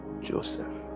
Joseph